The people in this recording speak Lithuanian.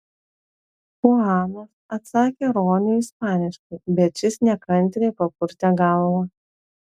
chuanas atsakė roniui ispaniškai bet šis nekantriai papurtė galvą